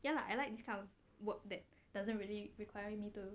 ya lah I like this kind of work that doesn't really requires me to